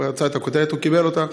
הוא רצה את הכותרת, הוא קיבל אותה.